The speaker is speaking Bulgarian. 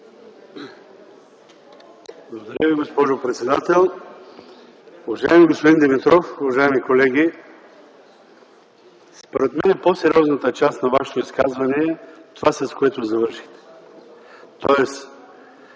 Благодаря Ви, госпожо председател. Уважаеми господин Димитров, уважаеми колеги, според мен по-сериозната част на Вашето изказване е това, с което завършихте. Тоест